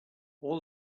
all